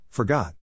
Forgot